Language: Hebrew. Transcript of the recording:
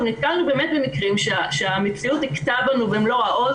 אבל נתקלנו באמת במקרים שהמציאות הכתה בנו במלוא העוז